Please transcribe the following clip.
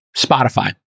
Spotify